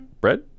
Bread